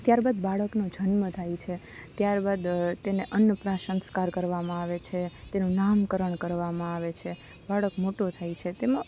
ત્યારબાદ બાળકનો જન્મ થાય છે ત્યારબાદ તેને અન્નપ્રા સંસ્કાર કરવામાં આવે છે તેનું નામકરણ કરવામાં આવે છે બાળક મોટું થાય છે તેમાં